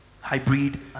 hybrid